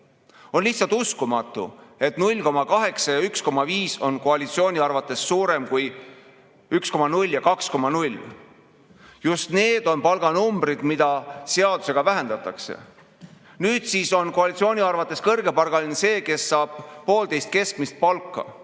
On lihtsalt uskumatu, et 0,8 ja 1,5 on koalitsiooni arvates suurem kui 1,0 ja 2,0. Just need on palganumbrid, mida seadusega vähendatakse. Nüüd siis on koalitsiooni arvates kõrgepalgaline see, kes saab poolteist keskmist palka.